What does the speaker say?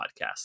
podcast